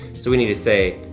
so we need to say,